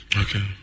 Okay